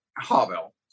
Havel